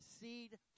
seed